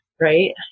Right